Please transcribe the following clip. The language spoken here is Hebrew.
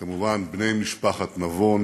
וכמובן בני משפחת נבון